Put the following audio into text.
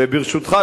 וברשותך,